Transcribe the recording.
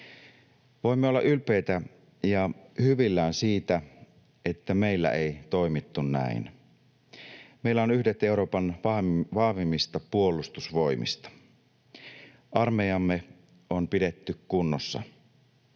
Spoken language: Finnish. Voimme olla ylpeitä ja hyvillään siitä, että meillä ei toimittu näin. Meillä on yhdet Euroopan vahvimmista puolustusvoimista. Armeijamme on pidetty kunnossa.